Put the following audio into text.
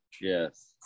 Yes